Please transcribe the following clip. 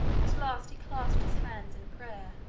at last he clasped his hands in prayer,